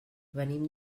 venim